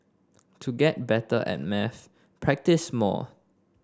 to get better at maths practise more